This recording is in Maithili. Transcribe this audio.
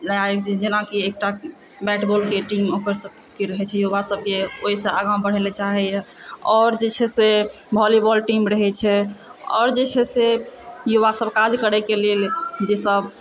नया जेनाकि एकटा बैट बॉलके टीम ओकर सभके रहैत छै युवा सभके ओहिसँ आगाँ बढ़यलऽ चाहयए आओर जे छै से भोलीबाल टीम रहैत छै आओर जे छै से युवासभ काज करयके लेल जेसभ